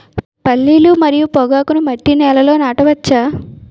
పల్లీలు మరియు పొగాకును మట్టి నేలల్లో నాట వచ్చా?